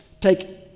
take